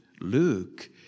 Luke